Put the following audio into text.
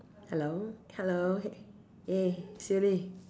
hello hello eh Sili